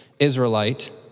Israelite